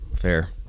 fair